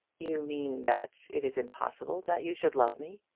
you mean that it is impossible that you should love me?